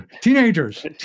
teenagers